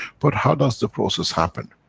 but how does the process happen?